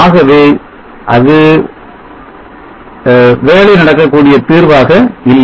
ஆகவே அது வேலை நடக்கக்கூடிய தீர்வாக இல்லை